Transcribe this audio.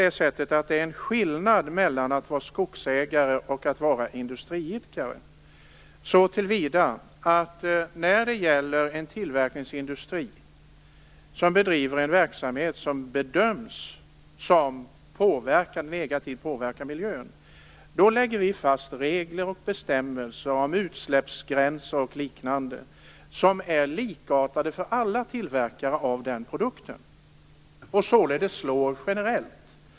Det är ju en skillnad mellan att vara skogsägare och att vara industriidkare så till vida att vi för en tillverkningsindustri som bedriver en verksamhet som bedöms negativt påverka miljön lägger fast bestämmelser om utsläppsgränser och liknande som är likartade för alla tillverkare av den produkten. De slår således generellt.